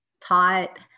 taught